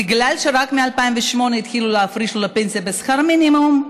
בגלל שרק מ-2008 התחילו להפריש לו לפנסיה בשכר מינימום,